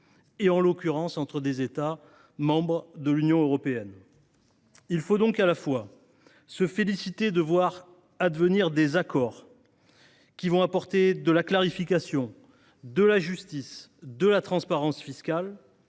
et, en l’occurrence, entre des États membres de l’Union européenne. Il faut donc se féliciter de voir advenir des accords qui apporteront de la clarification, de la justice et de la transparence fiscale,